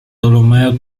tolomeo